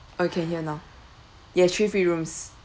okay hear now you have three free rooms